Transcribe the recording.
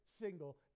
single